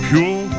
Pure